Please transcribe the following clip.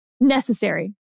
necessary